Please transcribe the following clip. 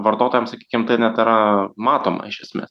vartotojam sakykim tai net yra matoma iš esmės